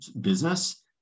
business